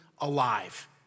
alive